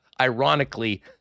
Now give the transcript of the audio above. ironically